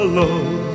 love